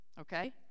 Okay